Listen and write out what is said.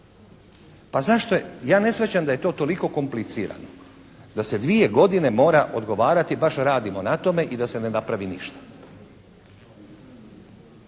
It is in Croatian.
Pa zašto, ja ne shvaćam da je to toliko komplicirano da se dvije godine mora odgovarati baš radimo na tome i da se ne napravi ništa.